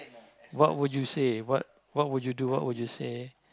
what would you say what what would you do what would you say